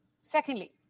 Secondly